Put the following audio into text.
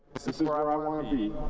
this this is where i want to be.